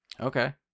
Okay